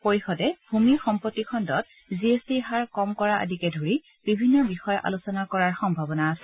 পৰিষদে ভূসম্পত্তি খণ্ডত জি এছ টিৰ হাৰ কম কৰা আদিকে ধৰি বিভিন্ন বিষয় আলোচনা কৰাৰ সম্ভাৱনা আছে